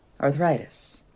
Arthritis